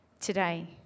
today